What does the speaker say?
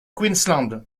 queensland